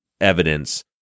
evidence